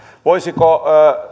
voisiko